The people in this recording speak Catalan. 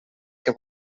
que